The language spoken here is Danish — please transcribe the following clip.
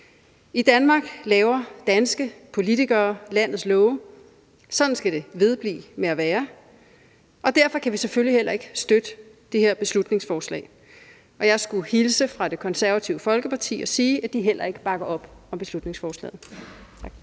I Danmark laver danske politikere landets love, og sådan skal det vedblive med at være, og derfor kan vi selvfølgelig heller ikke støtte det her beslutningsforslag. Og jeg skulle hilse fra Det Konservative Folkeparti og sige, at de heller ikke bakker op om beslutningsforslaget.